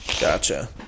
Gotcha